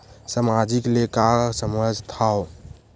सामाजिक ले का समझ थाव?